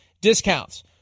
discounts